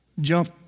jump